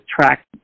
track